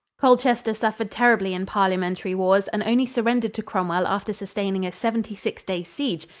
colchester suffered terribly in parliamentary wars and only surrendered to cromwell after sustaining a seventy-six day siege,